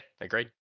agreed